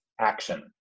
action